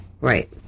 Right